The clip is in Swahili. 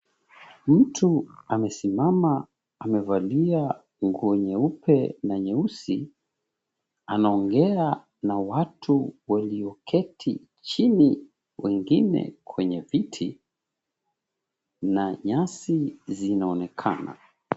Mtu amesimama amevalia nguo nyeupe na nyeusi, anaongea na watu walioketi chini, wengine kwenye viti, na nyasi zinaonekana.